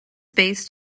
based